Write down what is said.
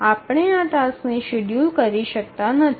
આપણે આ ટાસક્સ ને શેડ્યૂલ કરી શકતા નથી